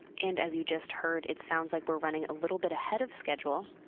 and as you just heard, it sounds like we're running a little bit ahead of schedule.